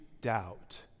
doubt